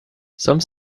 some